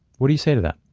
what do you say to that?